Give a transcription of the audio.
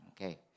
Okay